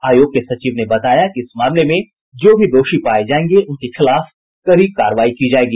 आयोग के सचिव ने बताया कि इस मामले में जो भी दोषी पाये जायेंगे उनके खिलाफ कड़ी कारवाई की जायेगी